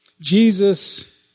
Jesus